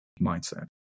mindset